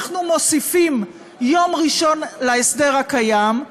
אנחנו מוסיפים יום ראשון להסדר הקיים,